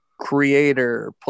creator